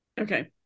Okay